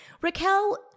Raquel